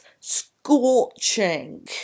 scorching